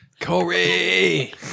Corey